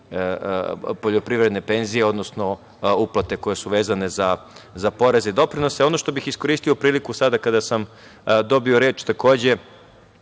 poljoprivredne penzije, odnosno uplate koje su vezane za porez i doprinose. Ono što bih iskoristio priliku sada kada sam dobio reč, takođe